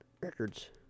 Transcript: records